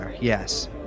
Yes